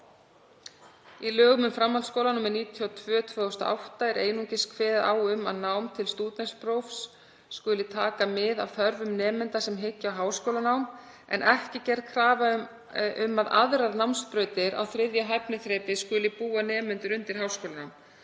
Í lögum um framhaldsskóla, nr. 92/2008, er einungis kveðið á um að nám til stúdentsprófs skuli taka mið af þörfum nemenda sem hyggja á háskólanám en ekki er gerð krafa um að aðrar námsbrautir á 3. hæfniþrepi skuli búa nemendur undir háskólanám.